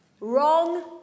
Wrong